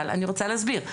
אבל אני רוצה להסביר,